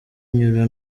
nyura